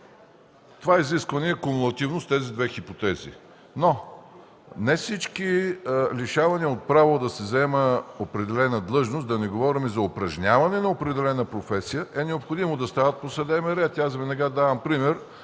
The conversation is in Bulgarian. Това изискване е кумулативно с тези две хипотези. Не всяко лишаване от право обаче да се заема определена длъжност, да не говорим за упражняване на определена професия, е необходимо да става по съдебен ред. Веднага ще дам пример.